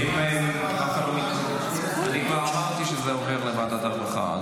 אני כבר אמרתי שזה עובר לוועדת הרווחה,